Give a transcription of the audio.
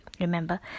remember